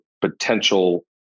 potential